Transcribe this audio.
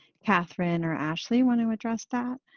catherine, or ashley want to address that?